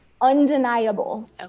Undeniable